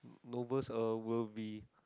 novels uh will be